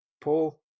Paul